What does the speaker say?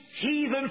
heathen